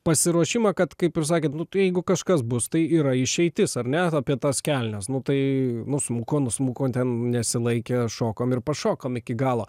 pasiruošimą kad kaip ir sakėt nu tai jeigu kažkas bus tai yra išeitis ar ne apie tas kelnes nu tai nusmuko nusmuko ten nesilaikė šokom ir pašokome iki galo